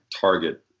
Target